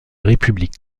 république